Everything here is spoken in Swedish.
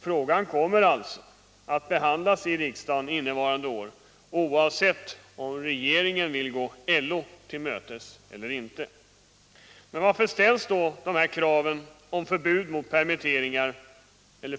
Frågan kommer alltså mot avskedanden?